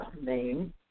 name